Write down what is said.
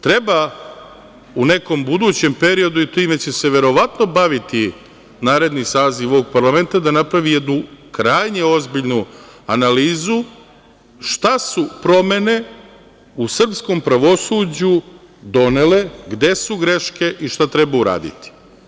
Treba u nekom budućem periodu, time će se verovatno baviti naredni saziv ovog parlamenta, da napravi jednu krajnje ozbiljnu analizu šta su promene u srpskom pravosuđu donele, gde su greške i šta treba uraditi.